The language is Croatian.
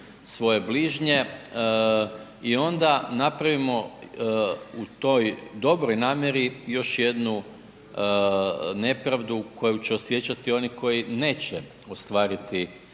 svoje bližnje. I onda napravimo u toj dobroj namjeri još jednu nepravdu koju će osjećati oni koji neće ostvariti